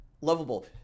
lovable